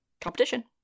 competition